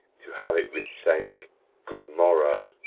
to have't with saying good-morrow.